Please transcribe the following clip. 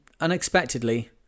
unexpectedly